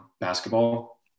basketball